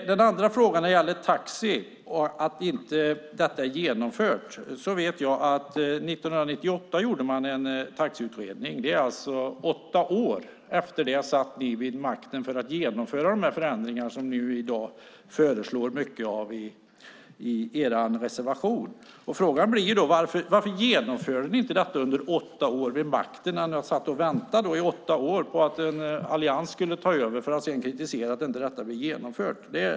Den andra frågan när det gäller taxi och att detta inte är genomfört vet jag att 1998 gjordes en taxiutredning. Efter det satt ni alltså vid makten i åtta år, då ni kunde ha genomfört de förändringar som ni i dag föreslår mycket av i er reservation. Frågan blir då: Varför genomförde ni inte detta under åtta år vid makten i stället för att sitta och vänta i åtta år på att en allians skulle ta över och sedan kritisera att detta inte blivit genomfört.